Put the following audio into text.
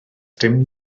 dim